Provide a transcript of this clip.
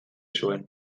zuen